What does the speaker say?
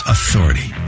Authority